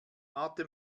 warte